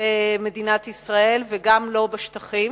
מדינת ישראל וגם לא בשטחים.